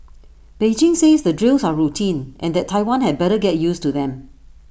Beijing says the drills are routine and that Taiwan had better get used to them